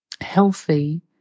healthy